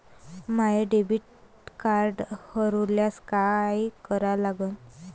माय debit card हरोल्यास काय करा लागन?